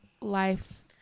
life